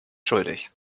schuldig